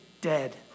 dead